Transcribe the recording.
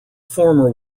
former